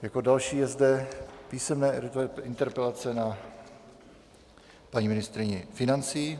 Jako další je zde písemná interpelace na paní ministryni financí.